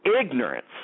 Ignorance